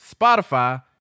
Spotify